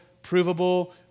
provable